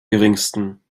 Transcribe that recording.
geringsten